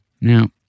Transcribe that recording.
Now